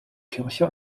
kirche